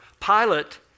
Pilate